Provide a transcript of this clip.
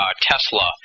Tesla